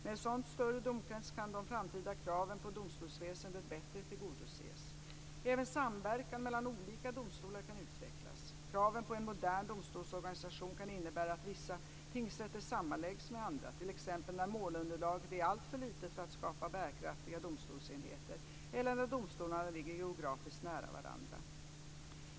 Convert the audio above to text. Med en sådan större domkrets kan de framtida kraven på domstolsväsendet bättre tillgodoses. Även samverkan mellan olika domstolar kan utvecklas. Kraven på en modern domstolsorganisation kan innebära att vissa tingsrätter sammanläggs med andra, t.ex. när målunderlaget är alltför litet för att skapa bärkraftiga domstolsenheter eller när domstolarna ligger geografiskt nära varandra.